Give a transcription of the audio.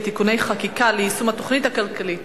(תיקוני חקיקה ליישום התוכנית הכלכלית